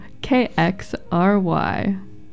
kxry